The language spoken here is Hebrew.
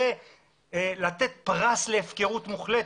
זה לתת פרס להפקרות מוחלטת.